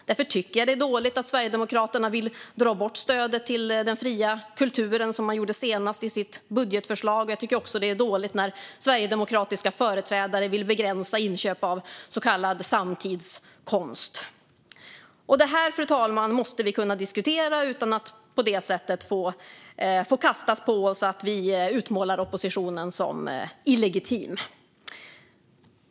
Därför tycker jag att det är dåligt att Sverigedemokraterna vill dra bort stödet till den fria kulturen, som man gjorde i sitt senaste budgetförslag. Jag tycker också att det är dåligt när sverigedemokratiska företrädare vill begränsa inköp av så kallad samtidskonst. Det här, fru talman, måste vi kunna diskutera utan att få kastat på oss att vi utmålar oppositionen som illegitim.